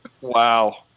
Wow